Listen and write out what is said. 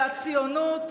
על הציונות,